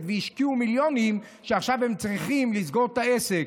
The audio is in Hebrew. והשקיעו מיליונים ועכשיו הם צריכים לסגור את העסק.